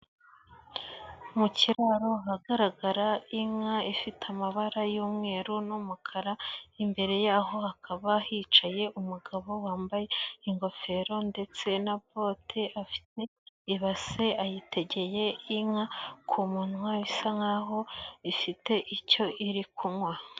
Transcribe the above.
Mu kiraro ahagaragara inka ifite amabara y'umweru n'umukara, imbere yaho hakaba hicaye umugabo wambaye ingofero ndetse na bote, afite ibase ayitegeye inka ku munwa isa nkaho ifite icyo iri kunywa.